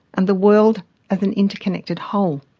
and the world as an interconnected whole.